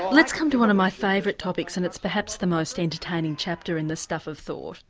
let's come to one of my favourite topics and it's perhaps the most entertaining chapter in the stuff of thought,